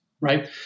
right